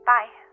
Bye